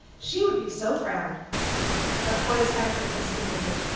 she would be so proud of what has happened in this community,